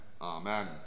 Amen